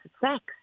sex